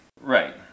Right